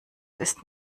ist